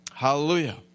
Hallelujah